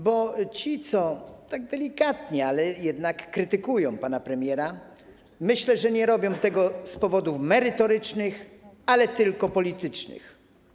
Bo ci, co tak delikatnie, ale jednak krytykują pana premiera, jak myślę, robią to nie z powodów merytorycznych, a tylko politycznych.